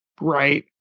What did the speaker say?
Right